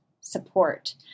support